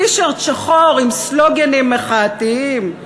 טי-שירט שחור עם סלוגנים מחאתיים,